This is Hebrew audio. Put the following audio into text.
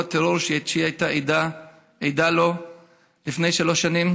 טרור שהיא הייתה עדה לו לפני שלוש שנים,